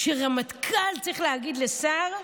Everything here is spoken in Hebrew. שהרמטכ"ל צריך להגיד לשר: